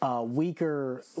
weaker